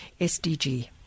SDG